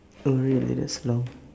oh really that's long